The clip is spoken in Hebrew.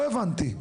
לא הבנתי.